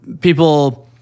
people